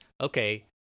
okay